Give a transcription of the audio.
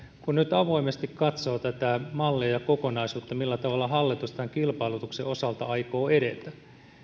kun nyt avoimesti katsoo tätä mallia ja kokonaisuutta millä tavalla hallitus tämän kilpailutuksen osalta aikoo edetä